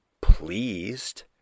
pleased